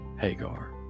Hagar